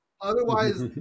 Otherwise